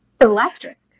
electric